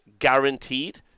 guaranteed